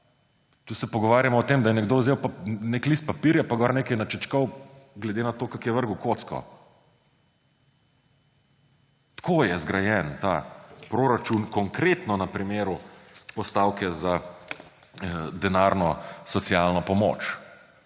Tu se pogovarjamo o tem, da je nekdo vzel nek list papirja pa gor nekaj načičkal glede na to, kako je vrgel kocko. Tako je zgrajen ta proračun, konkretno na primeru postavke za denarno socialno pomoč.